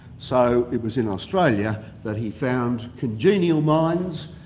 so, it was in australia that he found congenial minds,